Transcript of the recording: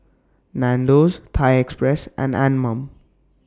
Nandos Thai Express and Anmum